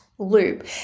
loop